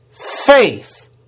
Faith